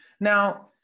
Now